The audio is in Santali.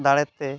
ᱫᱟᱲᱮᱛᱮ